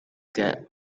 get